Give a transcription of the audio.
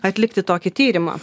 atlikti tokį tyrimą